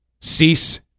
Cease